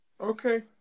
Okay